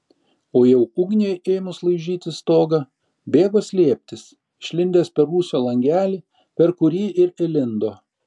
o jau ugniai ėmus laižyti stogą bėgo slėptis išlindęs per rūsio langelį per kurį ir įlindo